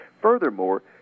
Furthermore